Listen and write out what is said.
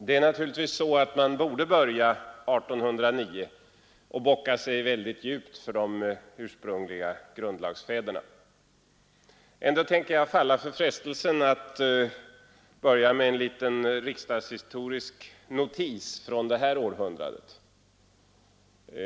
Herr talman! Man borde naturligtvis börja 1809 och bocka sig djupt för de ursprungliga grundlagsfäderna. Ändå tänker jag falla för frestelsen att börja med en liten riksdagshistorisk notis från detta århundrade.